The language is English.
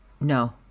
No